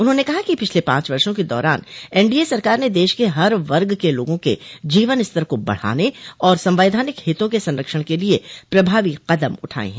उन्होंने कहा कि पिछले पांच वर्षो के दौरान एनडीए सरकार ने देश के हर वर्ग के लोगों के जीवन स्तर को बढ़ाने और संवैधानिक हितों के संरक्षण के लिये प्रभावी कदम उठाये हैं